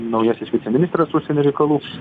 naujasis viceministras užsienio reikalų